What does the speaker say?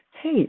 hey